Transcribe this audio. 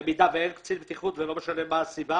אם אין קצין בטיחות ולא משנה מה הסיבה